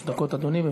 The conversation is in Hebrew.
שלוש דקות, אדוני.